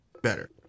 better